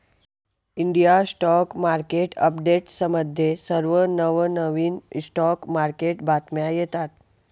India stock market अपडेट्समध्ये सर्व नवनवीन स्टॉक मार्केट बातम्या येतात